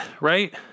right